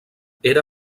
era